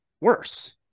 worse